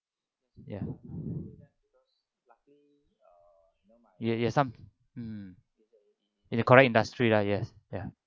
ya ya ya some in the correct industry lah yes ya